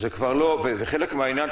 וחלק מהעניין,